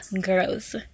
girls